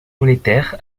monétaire